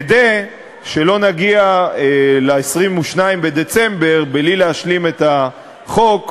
כדי שלא נגיע ל-22 בדצמבר בלי להשלים את החוק,